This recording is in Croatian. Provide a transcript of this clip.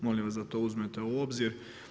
Molim vas da to uzmete u obzir.